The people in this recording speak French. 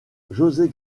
josé